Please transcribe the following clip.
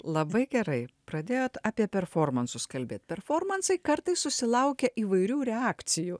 labai gerai pradėjot apie performansus kalbėt performansai kartais susilaukia įvairių reakcijų